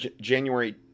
january